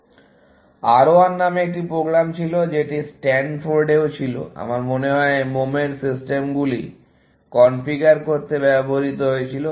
R 1 নামে একটি program ছিল যেটি স্ট্যানফোর্ডেও ছিল আমার মনে হয় মোমের সিস্টেমগুলি কনফিগার করতে ব্যবহৃত হয়েছিল